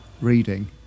reading